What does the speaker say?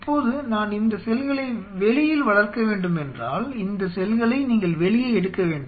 இப்போது நான் இந்த செல்களை வெளியில் வளர்க்க வேண்டும் என்றால் இந்த செல்களை நீங்கள் வெளியே எடுக்க வேண்டும்